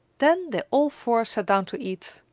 then they all four sat down to eat.